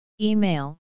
Email